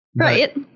Right